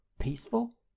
peaceful